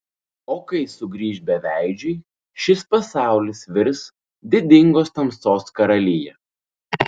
o kai sugrįš beveidžiai šis pasaulis virs didingos tamsos karalija